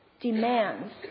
demands